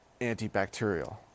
antibacterial